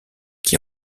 qui